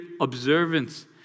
observance